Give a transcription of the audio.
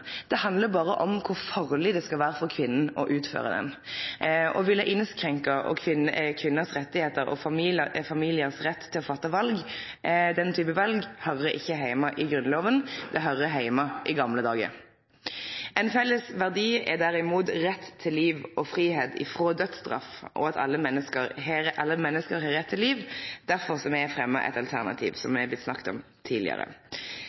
Det handlar berre om kor farleg det skal vere for kvinna å utføre den. Å ville innskrenke retten for kvinner – og familiar – til å ta denne type val høyrer ikkje heime i Grunnloven; det høyrer heime i gamal tid. Ein felles verdi er derimot rett til liv og friheit frå dødsstraff, og at alle menneske har rett til liv. Derfor har vi fremja eit alternativ – som det har vore snakk om tidlegare.